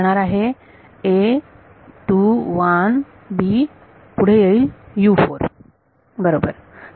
तरी असणार आहे पुढे येईल बरोबर